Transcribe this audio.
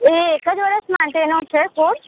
એ એક જ વર્ષ માટેનો છે કોર્સ